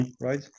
right